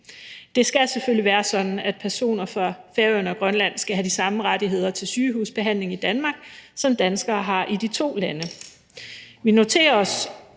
Det skal selvfølgelig være sådan, at personer fra Færøerne og Grønland skal have de samme rettigheder i forhold til sygehusbehandling i Danmark, som danskere har i de to lande.